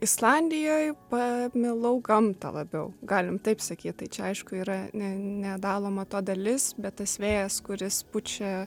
islandijoj pamilau gamtą labiau galim taip sakyt tai čia aišku yra ne nedaloma to dalis bet tas vėjas kuris pučia